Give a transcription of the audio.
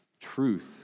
Truth